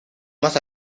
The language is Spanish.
más